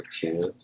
chance